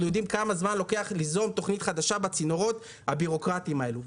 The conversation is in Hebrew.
יודעים כמה זמן לוקח ליזום תוכנית חדשה בצינורות הבירוקרטיים האלה.